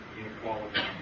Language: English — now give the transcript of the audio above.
inequality